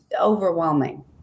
overwhelming